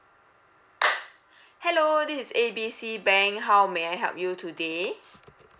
hello this is A B C bank how may I help you today